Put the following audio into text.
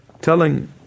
telling